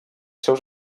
seus